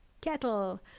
Kettle